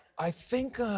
i think, ah.